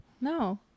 no